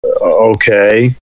okay